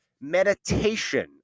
meditation